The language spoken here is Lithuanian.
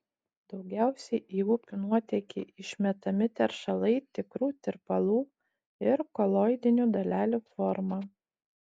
daugiausiai į upių nuotėkį išmetami teršalai tikrų tirpalų ir koloidinių dalelių forma